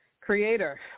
Creator